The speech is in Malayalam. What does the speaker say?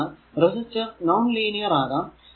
എന്തെന്നാൽ റെസിസ്റ്റർ നോൺ ലീനിയർ ആകാം